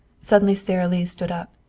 suddenly sara lee stood up.